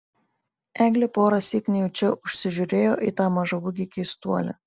eglė porąsyk nejučia užsižiūrėjo į tą mažaūgį keistuolį